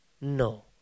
No